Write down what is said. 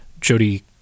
Jody